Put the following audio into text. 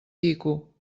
quico